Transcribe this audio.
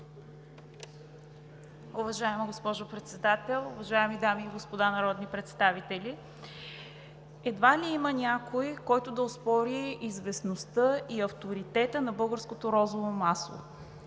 Уважаема госпожо Председател, уважаеми дами и господа народни представители! Едва ли има някой, който да оспори известността и авторитета на българското розово масло.